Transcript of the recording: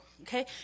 okay